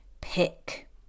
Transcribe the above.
Pick